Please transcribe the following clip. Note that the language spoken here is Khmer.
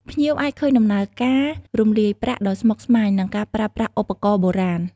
ភ្ញៀវអាចឃើញដំណើរការ រំលាយប្រាក់ ដ៏ស្មុគស្មាញ និងការប្រើប្រាស់ឧបករណ៍បុរាណ។